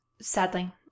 Sadly